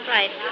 Right